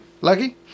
lucky